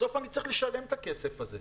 בסוף אני צריך לשלם את הכסף הזה,